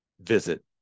visit